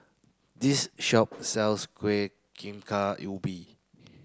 this shop sells Kueh Bingka Ubi